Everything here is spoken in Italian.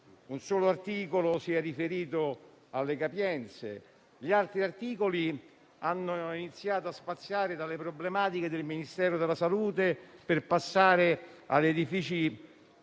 un solo articolo è riferito alle capienze; gli altri hanno iniziato a spaziare dalle problematiche del Ministero della salute per passare agli uffici